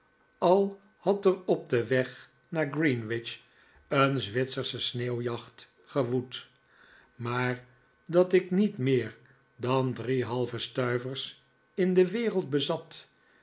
al had er op den weg naar greenwich een zwitsersche sneeuwjacht gewoed maar dat ik niet meer dan drie halve stuivers in de wereld bezat